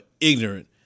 ignorant